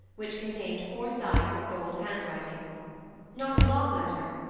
which contained four sides of bold handwriting not a long letter,